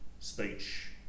speech